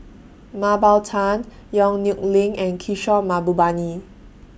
Mah Bow Tan Yong Nyuk Lin and Kishore Mahbubani